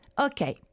Okay